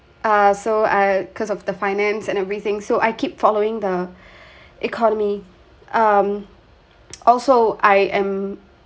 ah so ah because of the finance and everything so I keep following the economy um also I am